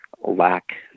lack